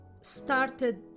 started